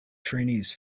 trainees